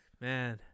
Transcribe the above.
Man